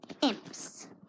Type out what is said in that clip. imps